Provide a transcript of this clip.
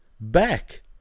back